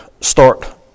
start